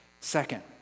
Second